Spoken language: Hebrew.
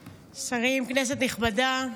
שרים, כנסת נכבדה,